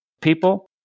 people